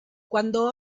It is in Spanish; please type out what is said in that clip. cuando